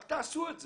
רק תעשו את זה.